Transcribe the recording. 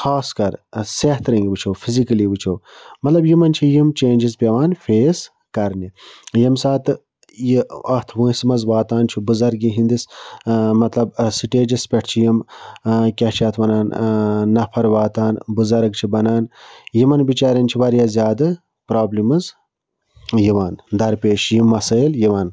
خاص کَر صحتہٕ رٔنٛگۍ وٕچھو فِزِکٔلی وٕچھو مَطلَب یِمَن چھ یِم چینٛجٕس پٮ۪وان فیس کَرنہِ ییٚمہِ ساتہٕ یہِ اَتھ وٲنٛسہِ مَنٛز واتان چھُ بُزرگی ہِنٛدِس مَطلَب سٕٹیجَس پٮ۪ٹھ چھِ یِم کیٛاہ چھِ اَتھ وَنان نَفَر واتان بُزَرگ چھ بَنان یِمَن بِچیٛارٮ۪ن چھِ واریاہ زیادٕ پرٛابلِمٕز یِوان دَرپیش یِم مسٲیِل یِوان